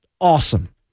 awesome